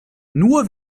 nur